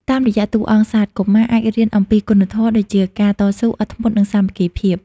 តាមរយៈតួអង្គសត្វ កុមារអាចរៀនអំពីគុណធម៌ ដូចជាការតស៊ូ អត់ធ្មត់ និងសាមគ្គីភាព។